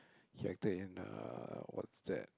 he acted in uh what's that